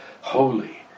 holy